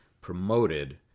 promoted